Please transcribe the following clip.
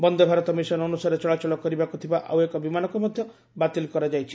Vande Bharat mission ଅନୁସାରେ ଚଳାଚଳ କରିବାକୁ ଥିବା ଆଉ ଏକ ବିମାନକୁ ମଧ୍ୟ ବାତିଲ କରାଯାଇଛି